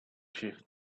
chiefs